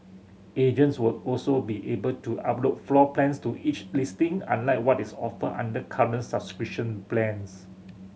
agents will also be able to upload floor plans to each listing unlike what is offered under current plans